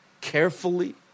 carefully